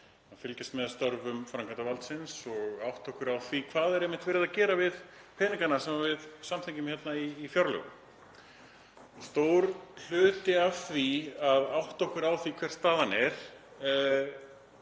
að fylgjast með störfum framkvæmdarvaldsins og átta okkur á því hvað er verið að gera við peningana sem við samþykkjum hér í fjárlögum. Stór hluti þess að átta okkur á því hver staðan er